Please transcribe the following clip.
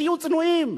תהיו צנועים,